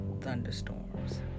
thunderstorms